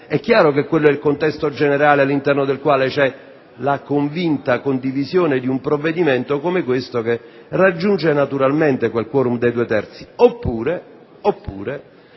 È chiaro che quello è il contesto generale all'interno del quale vi è la convinta condivisione di un provvedimento come questo che raggiunge naturalmente il *quorum* dei due terzi.